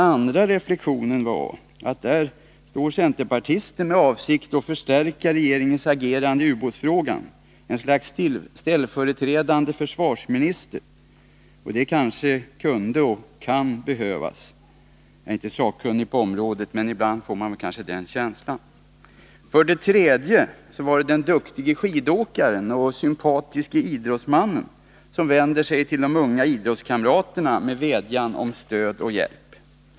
För det andra: Där står centerpartisten med avsikt att förstärka regeringens agerande i ubåtsfrågan — ett slags ställföreträdande försvarsminister. Och det kanske kunde och kan behövas. Jag är inte sakkunnig på området, men ibland får man en känsla av att det är så. För det tredje: Där har vi den duktige skidåkaren och den sympatiske idrottsmannen som vänder sig till unga idrottskamrater med en vädjan om stöd och hjälp.